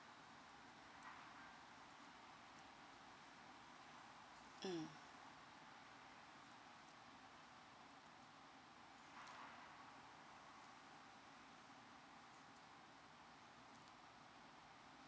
mm